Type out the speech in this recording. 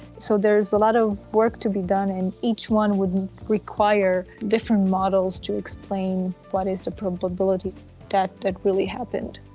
so there's a lot of work to be done and each one would require different models to explain what is the probability that it really happened.